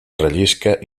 rellisca